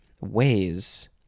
ways